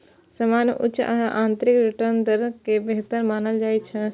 सामान्यतः उच्च आंतरिक रिटर्न दर कें बेहतर मानल जाइ छै